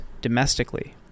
domestically